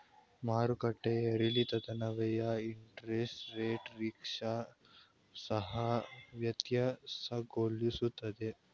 ಮಾರುಕಟ್ಟೆಯ ಏರಿಳಿತದನ್ವಯ interest rate risk ಸಹ ವ್ಯತ್ಯಾಸಗೊಳ್ಳುತ್ತದೆ